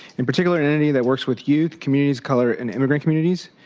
in particular the entity that works with youth community's color and immigrant communities.